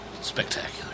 Spectacular